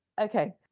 Okay